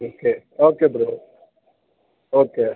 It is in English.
okay okay bro okay